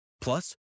Plus